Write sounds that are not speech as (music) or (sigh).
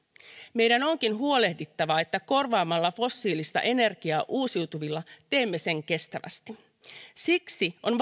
meidän onkin huolehdittava että korvaamalla fossiilista energiaa uusiutuvilla teemme sen kestävästi siksi on (unintelligible)